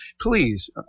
Please